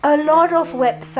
ya ada